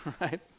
Right